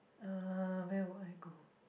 uh where would I go